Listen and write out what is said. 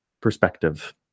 perspective